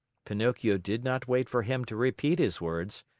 pinocchio did not wait for him to repeat his words.